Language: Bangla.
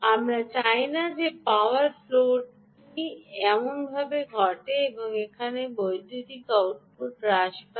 আমরা চাই না যে পাওয়ার ফ্লোটটি এমনভাবে ঘটে এবং এখানে বিদ্যুতের আউটপুট হ্রাস পায়